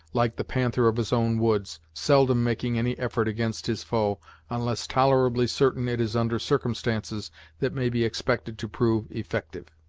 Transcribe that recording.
like the panther of his own woods, seldom making any effort against his foe unless tolerably certain it is under circumstances that may be expected to prove effective.